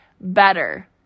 better